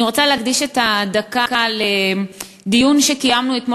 אני רוצה להקדיש את הדקה לדיון שקיימנו אתמול